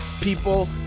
people